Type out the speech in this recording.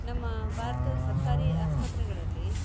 ನಮ್ಮ ಭಾರತದ ಸರ್ಕಾರಿ ಆಸ್ಪತ್ರೆಗಳಲ್ಲಿ